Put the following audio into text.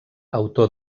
autor